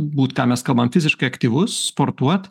būt ką mes kalbam fiziškai aktyvus sportuot